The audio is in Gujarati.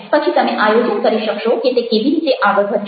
પછી તમે આયોજન કરી શકશો કે તે કેવી રીતે આગળ વધશે